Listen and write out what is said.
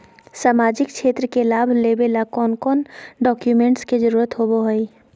सामाजिक क्षेत्र के लाभ लेबे ला कौन कौन डाक्यूमेंट्स के जरुरत होबो होई?